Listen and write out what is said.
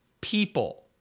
People